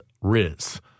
Riz